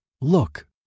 Look